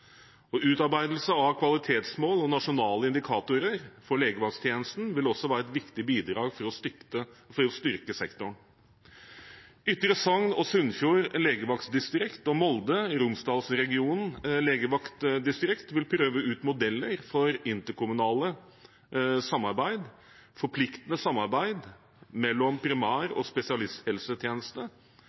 tjenesten. Utarbeidelse av kvalitetsmål og nasjonale indikatorer for legevakttjenesten vil også være et viktig bidrag for å styrke sektoren. Sunnfjord og Ytre Sogn legevaktdistrikt og Molde/Romsdalsregionen legevaktdistrikt vil prøve ut modeller for interkommunalt samarbeid, forpliktende samarbeid mellom primær- og spesialisthelsetjeneste